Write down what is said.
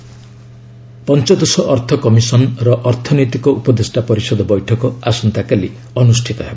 EAC meeting ପଞ୍ଚଦଶ ଅର୍ଥ commission ର ଅର୍ଥନୈତିକ ଉପଦେଷ୍ଟା ପରିଷଦ ବୈଠକ ଆସନ୍ତାକାଲି ଅନୁଷ୍ଠିତ ହେବ